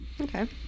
Okay